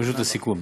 התממשות הסיכון.